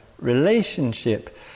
relationship